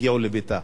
כשהגיעו לביתה.